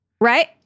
right